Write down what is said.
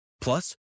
Plus